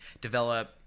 develop